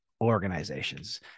organizations